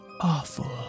awful